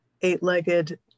eight-legged